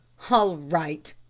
all right,